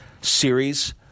series